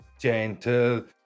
gentle